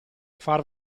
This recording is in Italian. far